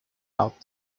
out